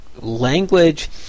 language